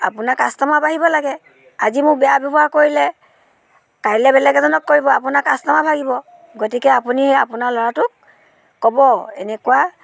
আপোনাৰ কাষ্টমাৰ বাঢ়িব লাগে আজি মোক বেয়া ব্যৱহাৰ কৰিলে কাইলৈ বেলেগ এজনক কৰিব আপোনাৰ কাষ্টমাৰ ভাঙিব গতিকে আপুনি আপোনাৰ ল'ৰাটোক ক'ব এনেকুৱা